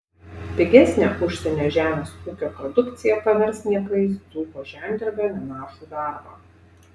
pigesnė užsienio žemės ūkio produkcija pavers niekais dzūko žemdirbio nenašų darbą